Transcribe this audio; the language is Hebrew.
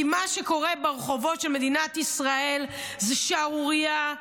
כי מה שקורה ברחובות של מדינת ישראל זה שערורייה.